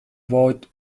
vote